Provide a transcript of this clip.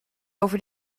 over